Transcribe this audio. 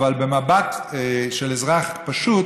אבל במבט של אזרח פשוט,